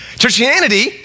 Christianity